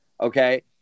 Okay